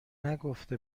نگفته